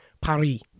Paris